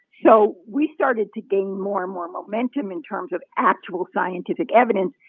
so we started to gain more and more momentum in terms of actual scientific evidence,